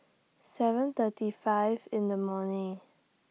seven thirty five in The morning